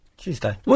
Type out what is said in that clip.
Tuesday